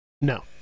No